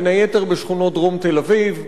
בין היתר בשכונות דרום תל-אביב.